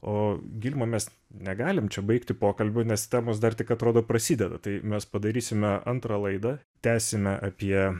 o gilma mes negalim čia baigti pokalbio nes temos dar tik atrodo prasideda tai mes padarysime antrą laidą tęsime apie